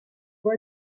voix